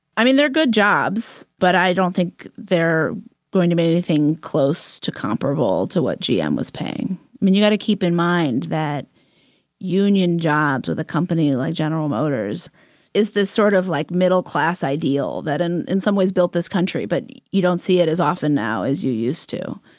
i mean, they're good jobs. but i don't think they're going to make anything close to comparable to what gm was paying. i mean, you gotta keep in mind that union jobs with a company like general motors is the sort of, like, middle class ideal that and in some ways built this country. but you don't see it as often now as you used to.